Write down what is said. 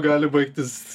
gali baigtis